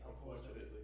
unfortunately